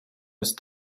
jest